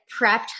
prepped